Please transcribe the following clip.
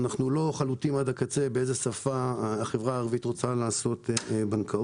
אנחנו לא בטוחים עד הסוף באיזו שפה החברה הערבית רוצה לעשות בנקאות.